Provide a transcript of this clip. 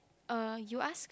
uh you ask